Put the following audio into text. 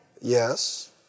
Yes